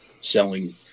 selling